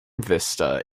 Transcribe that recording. vista